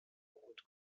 und